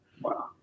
Wow